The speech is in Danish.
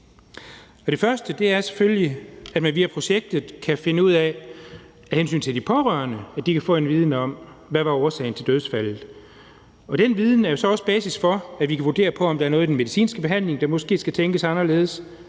Det første er selvfølgelig, at man via projektet kan finde ud af – af hensyn til de pårørende – hvad årsagen til et dødsfald er. Og den viden er også basis for, at vi kan vurdere, om der er noget i den medicinske behandling, der måske skal tænkes anderledes,